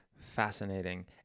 Fascinating